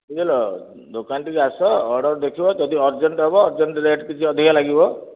ବୁଝିଲ ଦୋକାନ ଠିକୁ ଆସ ଅର୍ଡ଼ର ଦେଖିବ ଯଦି ଅରଜେଣ୍ଟ ହେବ ଅରଜେଣ୍ଟ ରେଟ୍ ଟିକେ ଅଧିକା ଲାଗିବ